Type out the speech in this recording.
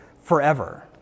forever